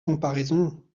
comparaison